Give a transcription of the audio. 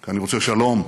כי אני רוצה שלום,